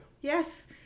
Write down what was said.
Yes